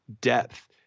depth